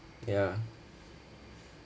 ya